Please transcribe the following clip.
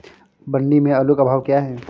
मंडी में आलू का भाव क्या है?